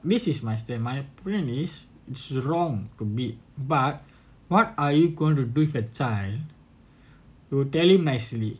this is my stand my point is is wrong to beat but what are you going to do with a child you will tell him nicely